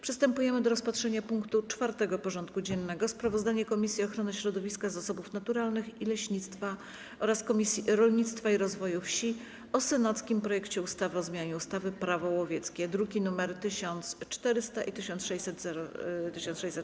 Przystępujemy do rozpatrzenia punktu 4. porządku dziennego: Sprawozdanie Komisji Ochrony Środowiska, Zasobów Naturalnych i Leśnictwa oraz Komisji Rolnictwa i Rozwoju Wsi o senackim projekcie ustawy o zmianie ustawy - Prawo łowieckie (druki nr 1400 i 1606)